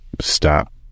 stop